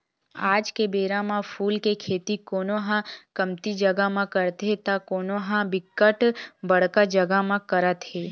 आज के बेरा म फूल के खेती कोनो ह कमती जगा म करथे त कोनो ह बिकट बड़का जगा म करत हे